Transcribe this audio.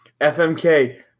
FMK